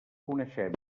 coneixem